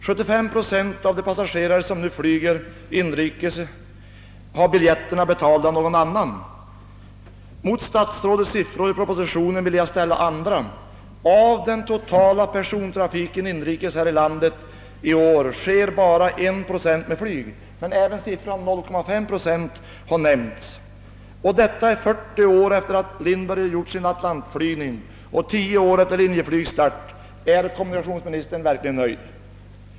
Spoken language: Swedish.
75 procent av de passagerare som nu flyger inrikes har fått biljetterna betalda av andra. Mot statsrådets siffror i propositionen vill jag ställa andra. Av den totala inrikes persontrafiken äger bara en procent rum med flyg men även siffran 0,5 procent har nämnts — och detta 40 år efter Lindberghs atlantflygning och 10 år efter Linjeflygs start. Är kommunikationsministern verkligen nöjd?